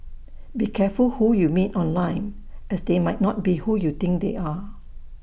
be careful who you meet online as they might not be who you think they are